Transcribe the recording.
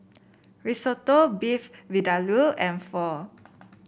Risotto Beef Vindaloo and Pho